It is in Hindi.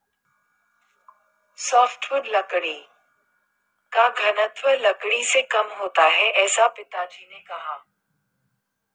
सॉफ्टवुड लकड़ी का घनत्व लकड़ी से कम होता है ऐसा पिताजी ने कहा